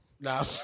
Nah